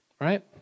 Right